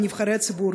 בנבחרי הציבור,